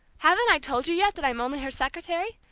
haven't i told you yet that i'm only her secretary?